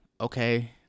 okay